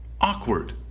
awkward